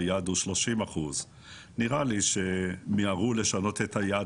והיעד הוא 30%. נראה לי שמיהרו לשנות את היעד